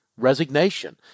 resignation